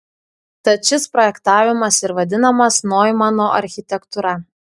tad šis projektavimas ir vadinamas noimano architektūra